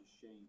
shame